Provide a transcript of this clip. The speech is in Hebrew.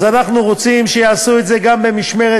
אז אנחנו רוצים שיעשו את זה גם במשמרת